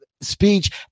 Speech